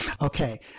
okay